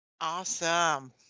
Awesome